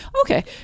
Okay